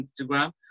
Instagram